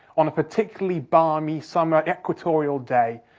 on a particularly balmy, summer, equatorial day,